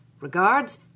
Regards